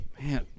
Man